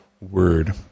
word